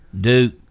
Duke